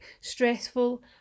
stressful